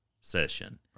session